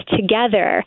together